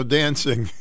dancing